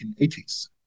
1980s